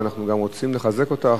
ואנחנו גם רוצים לחזק אותך.